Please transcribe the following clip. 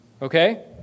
Okay